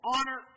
Honor